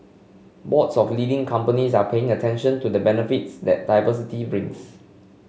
boards of leading companies are paying attention to the benefits that diversity brings